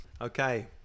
Okay